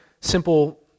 simple